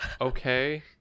okay